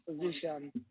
position